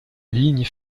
ligne